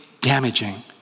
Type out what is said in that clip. damaging